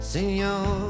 Senor